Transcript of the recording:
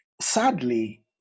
sadly